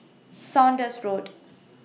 Saunders Road